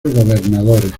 gobernadores